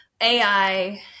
ai